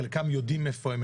חלקם יודעים איפה הם,